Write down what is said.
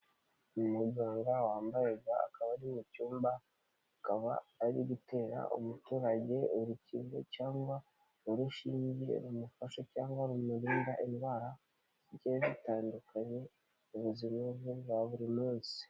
Uyu mujura wambaye gant, akaba ari mu cyumba, akaba ari gutera umuturage urukingo cyangwa urushinge rumufasha cyangwa rumurinda indwara zigiye zitandukanye mu buzima bwe bwa buri munsi.